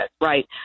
right